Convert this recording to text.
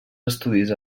estudis